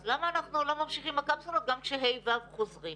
אז למה אנחנו לא ממשיכים עם הקפסולות גם כשה'-ו' חוזרים?